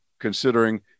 considering